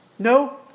No